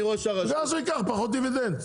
ואז הוא ייקח פחות דיבידנד,